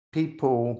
people